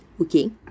Okay